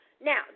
Now